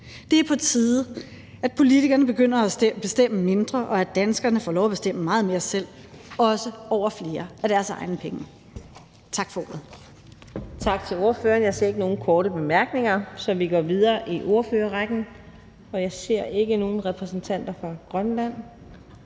Det er på tide, at politikerne begynder at bestemme mindre og danskerne får lov at bestemme meget mere selv, også over flere af deres egne penge. Tak for ordet.